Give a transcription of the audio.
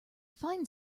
fine